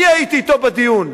אני הייתי אתו בדיון,